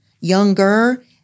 younger